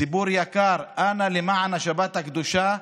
ציבור יקר, אנא, למען השבת הקדושה,